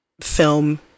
film